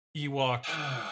Ewok